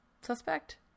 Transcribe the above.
suspect